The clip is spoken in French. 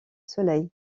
soleil